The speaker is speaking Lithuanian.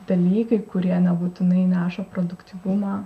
dalykai kurie nebūtinai neša produktyvumą